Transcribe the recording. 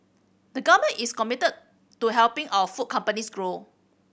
the Government is committed to helping our food companies grow